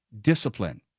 discipline